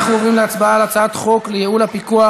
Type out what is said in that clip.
אנחנו עוברים להצבעה על הצעת חוק לייעול הפיקוח